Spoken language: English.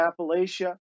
Appalachia